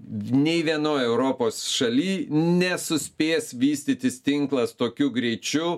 nei vienoj europos šaly nesuspės vystytis tinklas tokiu greičiu